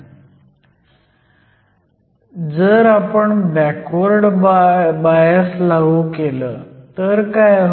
तर जर आपण बॅकवर्ड बायस लागू केलं तर काय होईल